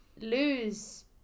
lose